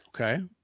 Okay